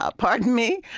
ah pardon me.